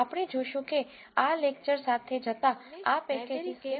આપણે જોશું કે આ લેકચર સાથે જતા આ પેકેજીસ કેમ મહત્વપૂર્ણ છે